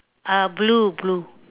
uh blue blue